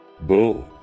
boom